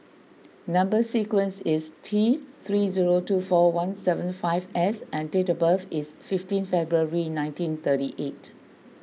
Number Sequence is T three zero two four one seven five S and date of birth is fifteen February nineteen thirty eight